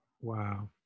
Wow